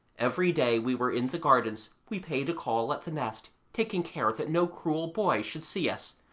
every day we were in the gardens we paid a call at the nest, taking care that no cruel boy should see us,